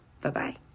Bye-bye